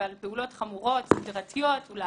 על פעולות חמורות אולי.